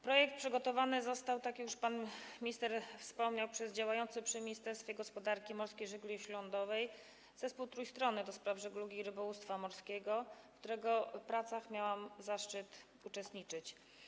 Projekt przygotowany został, tak jak już pan minister wspomniał, przez działający przy Ministerstwie Gospodarki Morskiej i Żeglugi Śródlądowej Zespół Trójstronny ds. Żeglugi i Rybołówstwa Morskiego, w którego pracach miałam zaszczyt uczestniczyć.